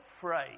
phrase